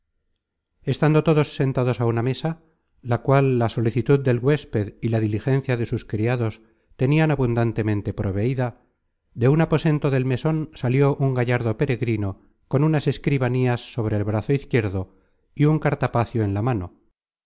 estando todos sentados á una mesa la cual la solicitud del huésped y la diligencia de sus criados tenian abundantemente proveida de un aposento del meson salió un gallardo peregrino con unas escribanías sobre el brazo izquierdo y un cartapacio en la mano